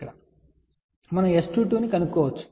అదేవిధంగా మనం S22 ను కనుగొనవచ్చు